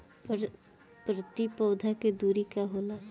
प्रति पौधे के दूरी का होला?